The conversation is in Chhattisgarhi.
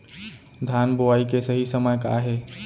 धान बोआई के सही समय का हे?